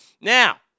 Now